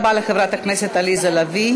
תודה רבה לחברת הכנסת עליזה לביא.